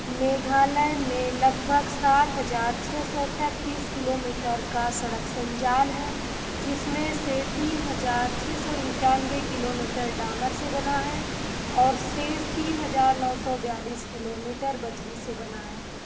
मेघालय में लगभग सात हज़ार छः सौ तेंतीस किलोमीटर का सड़क संजाल है जिसमें से तीन हज़ार छः सौ इक्यानवे किलोमीटर डामर से बना है और शेष तीन नौ चार दो किलोमीटर बजरी से बना है